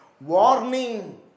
Warning